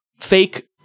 fake